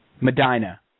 Medina